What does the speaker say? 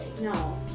No